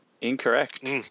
Incorrect